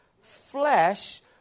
flesh